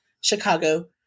Chicago